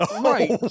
Right